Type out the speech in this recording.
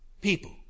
people